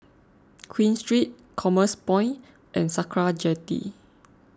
Queen Street Commerce Point and Sakra Jetty